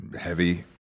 heavy